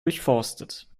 durchforstet